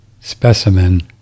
specimen